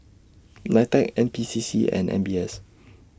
NITEC N P C C and M B S